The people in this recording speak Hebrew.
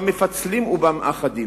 במפצלים ובמאחדים.